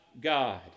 God